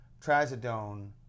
trazodone